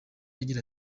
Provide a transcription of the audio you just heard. agira